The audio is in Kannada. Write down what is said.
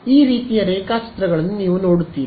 ಈ ರೀತಿಯ ರೇಖಾಚಿತ್ರಗಳನ್ನು ನೀವು ನೋಡುತ್ತೀರಿ